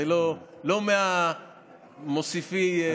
זה לא ממוסיפי הבריאות.